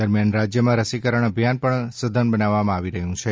દરમિયાન રાજ્યમાં રસીકરણ અભિયાન પણ સધન બનાવવામાં આવી રહ્યું છે